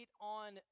on